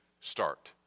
start